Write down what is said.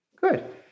Good